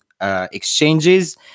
exchanges